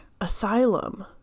Asylum